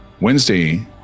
Wednesday